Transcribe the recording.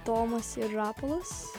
tomas ir rapolas